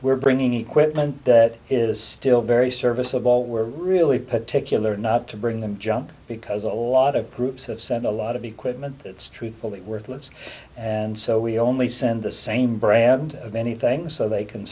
we're bringing equipment that is still very serviceable we're really particular not to bring them jump because a lot of groups have sent a lot of equipment that's truthfully worthless and so we only send the same brand of anything so they can